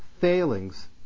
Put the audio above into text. failings